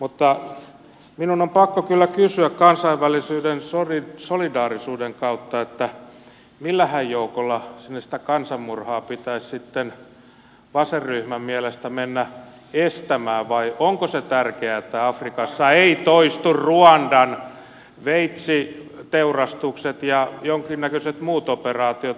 mutta minun on pakko kyllä kysyä kansainvälisyyden solidaarisuuden kautta että millähän joukolla sinne sitä kansanmurhaa pitäisi sitten vasenryhmän mielestä mennä estämään vai onko se tärkeää että afrikassa eivät toistu ruandan veitsiteurastukset ja jonkinnäköiset muut operaatiot